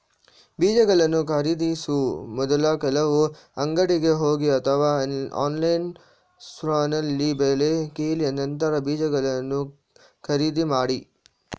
ಬೀಜಗಳನ್ನು ಖರೀದಿಸೋ ಮೊದ್ಲು ಕೆಲವು ಅಂಗಡಿಗೆ ಹೋಗಿ ಅಥವಾ ಆನ್ಲೈನ್ ಸ್ಟೋರ್ನಲ್ಲಿ ಬೆಲೆ ಕೇಳಿ ನಂತರ ಬೀಜಗಳನ್ನ ಖರೀದಿ ಮಾಡಿ